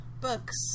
books